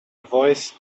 voice